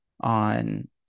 on